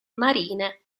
marine